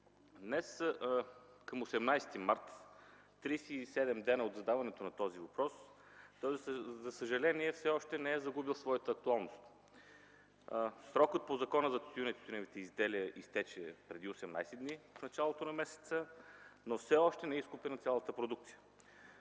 Днес, към 18 март, 37 дни от задаването на този въпрос, за съжаление той все още не е загубил своята актуалност. Срокът по Закона за тютюна и тютюневите изделия изтече преди 18 дни, в началото на месеца, но все още не е изкупена цялата продукция.